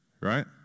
Right